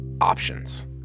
options